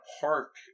park